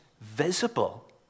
visible